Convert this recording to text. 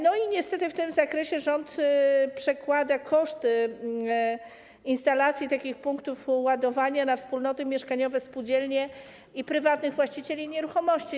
Niestety w tym zakresie rząd przekłada koszt instalacji takich punktów ładowania na wspólnoty mieszkaniowe, spółdzielnie i prywatnych właścicieli nieruchomości.